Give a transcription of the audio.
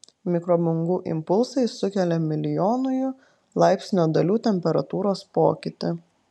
mikrobangų impulsai sukelia milijonųjų laipsnio dalių temperatūros pokytį